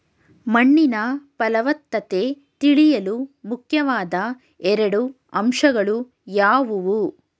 ಮಣ್ಣಿನ ಫಲವತ್ತತೆ ತಿಳಿಯಲು ಮುಖ್ಯವಾದ ಎರಡು ಅಂಶಗಳು ಯಾವುವು?